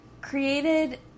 created